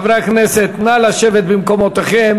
חברי הכנסת, נא לשבת במקומותיכם.